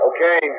Okay